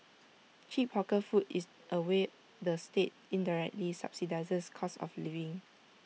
cheap hawker food is A way the state indirectly subsidises cost of living